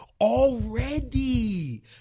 Already